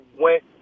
went